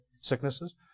sicknesses